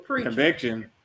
Conviction